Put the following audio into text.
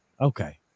Okay